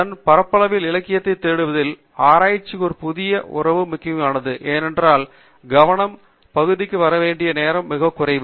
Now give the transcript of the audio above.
அதன் பரப்பளவில் இலக்கியத்தைத் தேடுவதில் ஆராய்ச்சிக்கு ஒரு புதிய உறவு மிகவும் முக்கியமானது ஏனென்றால் கவனம் பகுதிக்கு வர வேண்டிய நேரம் மிகவும் குறைவு